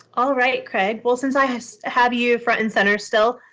um all right, craig. well, since i have have you front and center still,